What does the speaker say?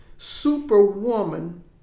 Superwoman